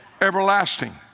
everlasting